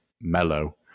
mellow